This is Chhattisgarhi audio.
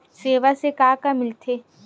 सेवा से का का मिलथे?